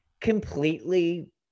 completely